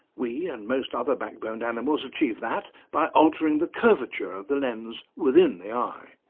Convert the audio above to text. we and most other backboned animals achieve that by altering the curvature of the lens within the eye.